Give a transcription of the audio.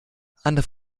andere